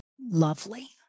lovely